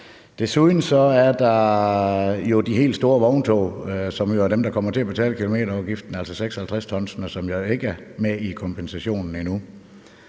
Desuden er der jo de helt store vogntog, som er dem, der kommer til at betale kilometerafgiften, altså dem på 56 t, som jo ikke er omfattet af kompensationen endnu.